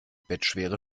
bettschwere